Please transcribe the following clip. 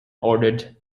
ordered